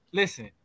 listen